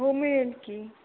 हो मिळेल की